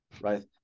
right